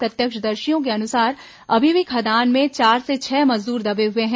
प्रत्यक्षदर्शियों को अनुसार अभी भी खदान में चार से छह मजदूर दबे हुए हैं